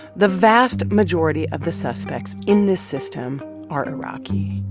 the vast majority of the suspects in this system are iraqi.